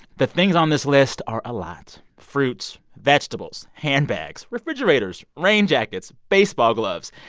the things on this list are a lot fruits, vegetables, handbags, refrigerators, rain jackets, baseball gloves.